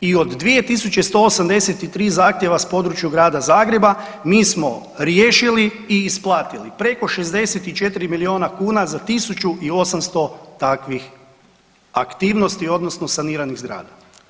I od 2183 zahtjeva s područja Grada Zagreba mi smo riješili i isplatili preko 64 miliona kuna za 1800 takvih aktivnosti odnosno saniranih zgrada.